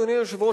אדוני היושב-ראש,